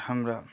हाम्रो